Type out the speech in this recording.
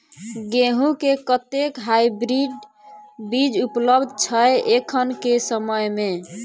गेंहूँ केँ कतेक हाइब्रिड बीज उपलब्ध छै एखन केँ समय मे?